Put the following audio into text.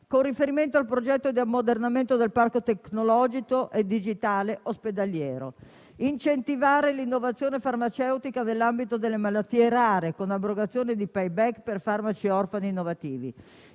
che enumererò: ammodernare il parco tecnologico e digitale ospedaliero; incentivare l'innovazione farmaceutica nell'ambito delle malattie rare, con l'abrogazione di *payback* per farmaci orfani innovativi;